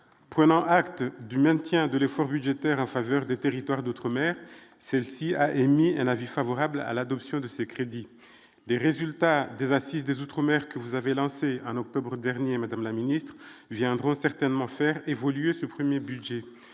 prenant acte du maintien de l'effort budgétaire en faveur des territoires d'outre-mer, celle-ci a émis un avis favorable à l'adoption de ces crédits des résultats des incises des outre-mer que vous avez lancée en octobre dernier, Madame la Ministre, viendront certainement faire évoluer ce 1er budget